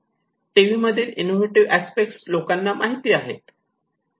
टीव्हीमधील innovative aspect लोकांना माहिती आहे